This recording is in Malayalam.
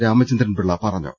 രാമചന്ദ്രൻ പിള്ള പറഞ്ഞു